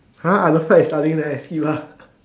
!huh! I don't feel like studying then I skip lah